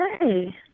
Hey